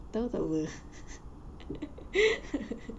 tahu tak apa